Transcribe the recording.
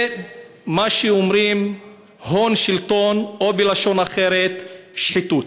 זה מה שאומרים הון-שלטון, או בלשון אחרת: שחיתות.